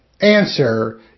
Answer